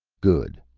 good.